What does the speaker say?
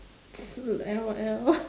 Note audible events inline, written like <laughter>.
L_O_L <laughs>